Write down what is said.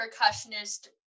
percussionist